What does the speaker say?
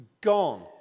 gone